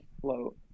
float